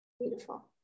beautiful